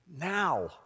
now